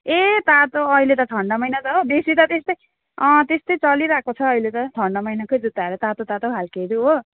ए तातो अहिले त ठन्डा महिना छ हो बेसी त त्यस्तै अँ त्यस्तै चलिरहेको छ अहिले त ठन्डा महिनाकै जुत्ताहरू तातो तातो खाल्केहरू हो